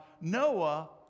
Noah